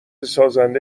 سازنده